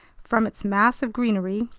from its mass of greenery,